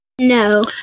No